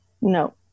No